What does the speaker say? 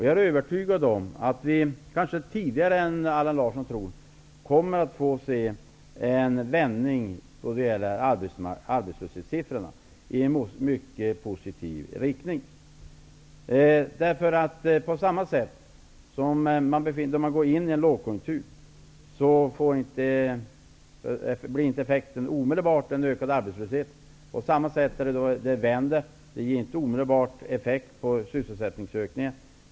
Jag är övertygad om att vi, kanske tidigare än vad Allan Larsson tror, kommer att få se en vändning i mycket positiv riktning när det gäller arbetslöshetssiffrorna. När man går in i en lågkonjunktur, blir inte den omedelbara effekten en ökad arbetslöshet. På samma sätt förhåller det sig när konjunkturen vänder. Det ger inte någon omedelbar effekt på sysselsättningen.